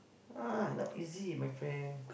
uh not easy my friend